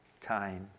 time